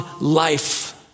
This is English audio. life